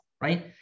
right